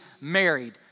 married